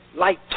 light